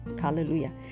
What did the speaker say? Hallelujah